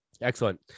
Excellent